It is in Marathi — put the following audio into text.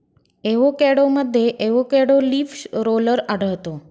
एवोकॅडोमध्ये एवोकॅडो लीफ रोलर आढळतो